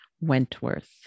Wentworth